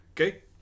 Okay